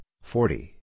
forty